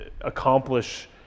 accomplish